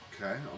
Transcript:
Okay